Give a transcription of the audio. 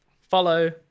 follow